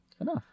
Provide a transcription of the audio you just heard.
enough